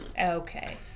Okay